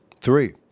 Three